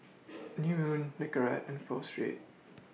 New Moon Nicorette and Pho Street